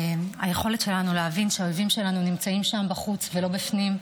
ליכולת שלנו להבין שהאויבים שלנו נמצאים שם בחוץ ולא בפנים,